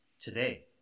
today